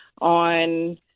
on